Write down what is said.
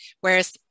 whereas